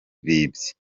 bibye